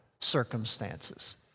circumstances